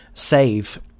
save